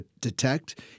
detect